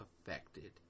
affected